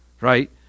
right